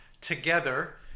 together